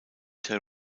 der